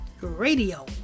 Radio